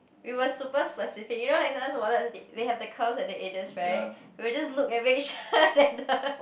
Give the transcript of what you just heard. we were super specific you know sometimes wallets they have the curves at the edges right we'll just look and make sure that the